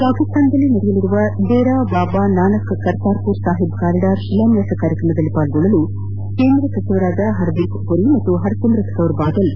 ಪಾಕಿಸ್ತಾನದಲ್ಲಿ ನಡೆಯಲಿರುವ ದೇರಾ ಬಾಬಾ ನಾನಕ್ ಕರ್ತಾರ್ಮರ್ ಸಾಹಿಬ್ ಕಾರಿಡಾರ್ ಶಿಲಾನ್ಲಾಸ ಕಾರ್ಯಕ್ರಮದಲ್ಲಿ ಪಾಲ್ಗೊಳ್ಳಲು ಕೇಂದ್ರ ಸಚಿವರಾದ ಹರ್ದಿಪ್ಪುರಿ ಹಾಗೂ ಹರ್ಸಿಮುತ್ ಕೌರ್ಬಾದಲ್ ಪ್ರಯಾಣ